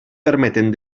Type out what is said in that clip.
permeten